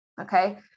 Okay